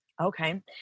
Okay